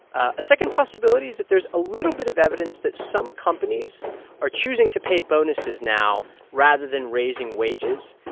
a second possibility is that there's a little bit of evidence that some companies are choosing to pay bonuses now rather than raising wages.